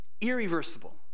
Irreversible